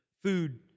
food